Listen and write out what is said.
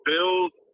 Bills